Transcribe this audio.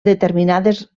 determinades